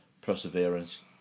perseverance